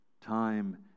time